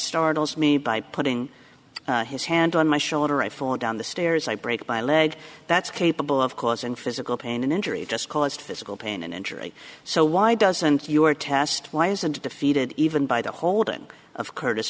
startles me by putting his hand on my shoulder i fall down the stairs i break my leg that's capable of causing physical pain an injury just caused physical pain and injury so why doesn't your tast why isn't it defeated even by the holding of curtis